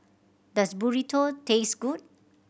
does Burrito taste good